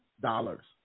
dollars